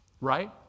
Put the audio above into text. right